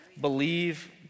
Believe